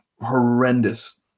horrendous